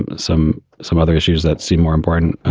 and some some other issues that seem more important.